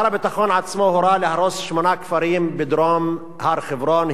שר הביטחון עצמו הורה להרוס שמונה כפרים בדרום הר-חברון,